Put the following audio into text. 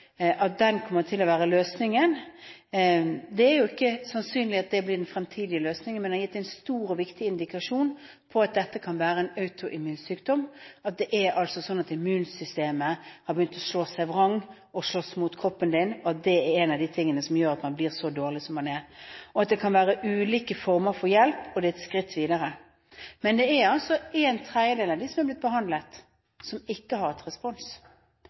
At den medisinen vi nå ser virker i Haukeland sykehus' forsøk, kommer til å være løsningen, er ikke sannsynlig, det er ikke sannsynlig at det blir den fremtidige løsningen. Men det har gitt en stor og viktig indikasjon på at dette kan være en autoimmun sykdom, at immunsystemet har begynt å slå seg vrang og slåss mot kroppen din, at det er en av de tingene som gjør at man blir så dårlig som man blir, og at det kan være ulike former for hjelp. Det er et skritt videre. Men det er en tredjedel av dem som har blitt behandlet, som ikke har hatt respons.